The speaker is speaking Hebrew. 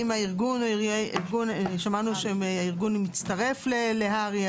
שמענו שהארגון מצטרף להר"י,